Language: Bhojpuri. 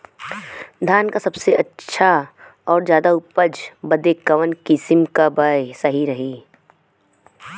धान क सबसे ज्यादा और अच्छा उपज बदे कवन किसीम क बिया सही रही?